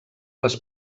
les